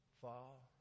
fall